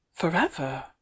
forever